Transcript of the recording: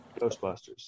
Ghostbusters